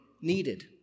needed